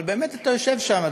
אבל באמת אתה יושב שם,